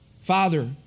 Father